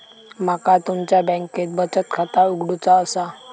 माका तुमच्या बँकेत बचत खाता उघडूचा असा?